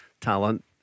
talent